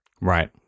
Right